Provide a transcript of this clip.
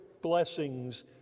blessings